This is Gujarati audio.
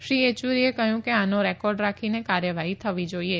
શ્રી યેયુરીએ કહયું કે આનો રેકોર્ડ રાખીને કાર્યવાહી થવી જાઈએ